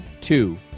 two